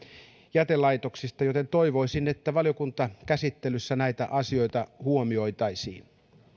jätelaitoksista joten toivoisin että valiokuntakäsittelyssä näitä asioita huomioitaisiin